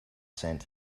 cent